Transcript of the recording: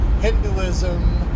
Hinduism